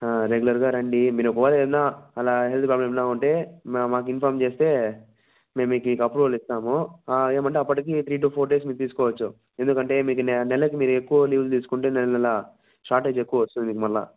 రెగ్యులర్గా రండి మీరు ఒకవేళ ఏదన్న అలా హెల్త్ ప్రాబ్లమ్ ఏమన్నా ఉంటే మా మాకు ఇన్ఫామ్ చేస్తే మేము మీకు అప్రూవల్ ఇస్తాము ఏమంటే అప్పటికి త్రీ టు ఫోర్ డేస్ మీరు తీసుకోవచ్చు ఎందుకంటే మీకి నెలకు మీరు ఎక్కువ లేవ్లు తీసుకుంటే నెల నెలా షార్టేజ్ ఎక్కువ వస్తుంది మళ్ళీ